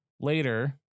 Later